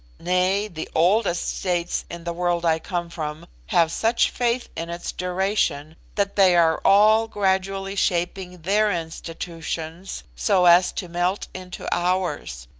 nay, the oldest states in the world i come from, have such faith in its duration, that they are all gradually shaping their institutions so as to melt into ours,